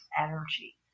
energy